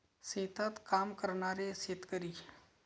शेतात काम करणारे शेतकरी